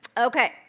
Okay